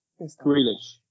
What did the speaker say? Grealish